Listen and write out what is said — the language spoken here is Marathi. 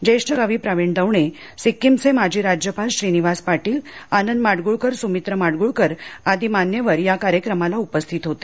ज्येष्ठ कवी प्रवीण दवणे सिक्कीमचे माजी राज्यपाल श्रीनिवास पाटील आनंद माडग्रळकर सुमित्र माडगुळकर आदी मान्यवर या कार्यक्रमाला उपस्थित होते